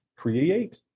create